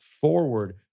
forward